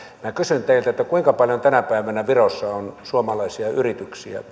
minä kysyn teiltä kuinka paljon tänä päivänä virossa on suomalaisia yrityksiä